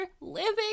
living